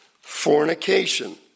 fornication